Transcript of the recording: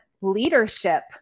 leadership